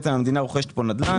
המדינה רוכשת פה נדל"ן.